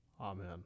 Amen